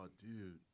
dude